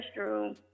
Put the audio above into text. restroom